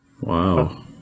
Wow